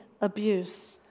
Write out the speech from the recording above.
abuse